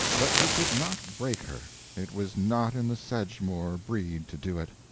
but he could not break her it was not in the sedgemoor breed to do it.